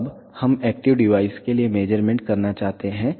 अब हम active device के लिए मेज़रमेंट करना चाहते हैं